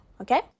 okay